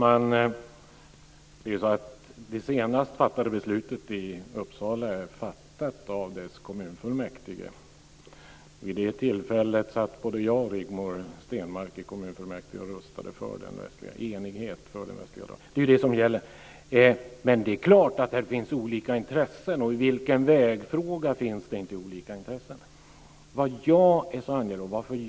Herr talman! Det senast fattade beslutet i Uppsala är fattat av kommunfullmäktige. Vid det tillfället satt både jag och Rigmor Stenmark i kommunfullmäktige och röstade i enighet för den västliga dragningen. Det är klart att det finns olika intressen. I vilken vägfråga finns det inte olika intressen?